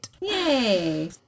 Yay